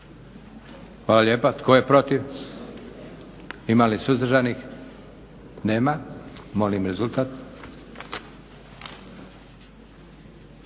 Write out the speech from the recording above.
Hvala lijepa. Tko je protiv? Ima li suzdržanih? Nema. Molim rezultat.